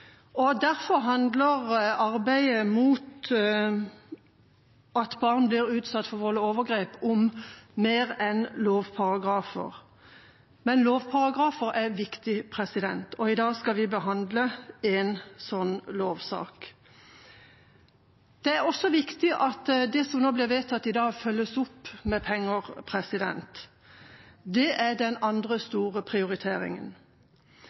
om mer enn lovparagrafer. Men lovparagrafer er viktige, og i dag skal vi behandle en slik lovsak. Det er også viktig at det som blir vedtatt i dag, følges opp med penger. Det er den andre store prioriteringen.